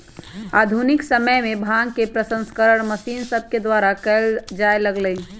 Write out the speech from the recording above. आधुनिक समय में भांग के प्रसंस्करण मशीन सभके द्वारा कएल जाय लगलइ